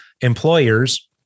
employers